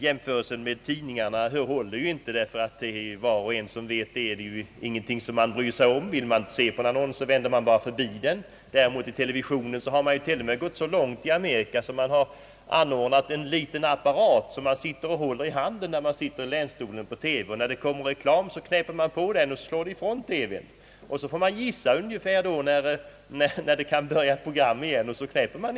Jämförelsen med tidningar håller inte. Var och en vet att om man inte vill se på en annons, går man bara förbi den. Beträffande TV har man t.o.m. gått så långt i Amerika, att man med en liten apparat som man har i handen kan knäppa av TV-apparaten så fort det kommer reklam. Man får sedan gissa när programmet skall börja igen och slå på apparaten.